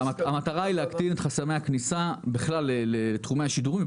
המטרה היא להקטין את חסמי הכניסה בכלל לתחומי השידורים,